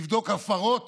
לבדוק הפרות